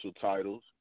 titles